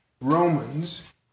Romans